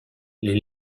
les